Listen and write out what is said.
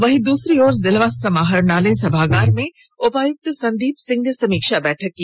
वहीं दूसरी ओर जिला समाहरणालय सभागार में उपायुक्त संदीप सिंह ने समीक्षा बैठक की